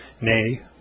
nay